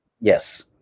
Yes